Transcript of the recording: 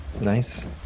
Nice